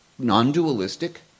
non-dualistic